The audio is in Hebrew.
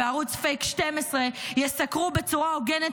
למה שבערוץ פייק 12 יסקרו בצורה הוגנת